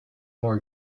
more